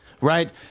right